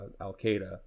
al-Qaeda